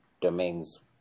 domains